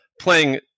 playing